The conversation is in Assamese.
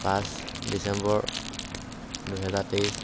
পাঁচ ডিচেম্বৰ দুহেজাৰ তেইছ